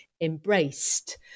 embraced